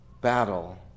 battle